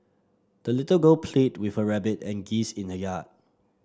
the little girl played with her rabbit and geese in the yard